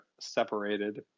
separated